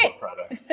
product